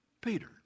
Peter